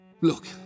Look